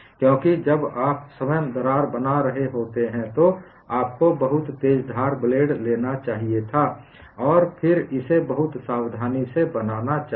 क्योंकि जब आप स्वयं दरार बना रहे होते हैं तो आपको बहुत तेज धार ब्लेड लेना चाहिए था और फिर इसे बहुत सावधानी से बनाना चाहिए